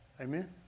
Amen